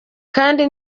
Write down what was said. kandi